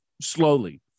slowly